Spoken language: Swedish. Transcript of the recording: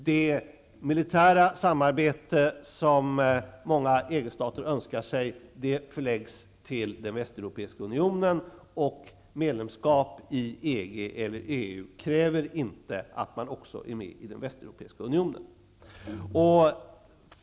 Det militära samarbete som många EG-stater önskar sig förläggs till den västeuropeiska unionen, och medlemskap i EG eller EU kräver inte att man också är med i den västeuropeiska unionen.